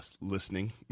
Listening